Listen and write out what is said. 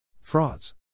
Frauds